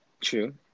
True